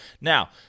Now